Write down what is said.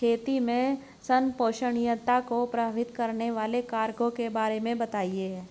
खेती में संपोषणीयता को प्रभावित करने वाले कारकों के बारे में बताइये